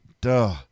Duh